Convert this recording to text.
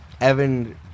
Evan